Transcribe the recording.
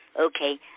okay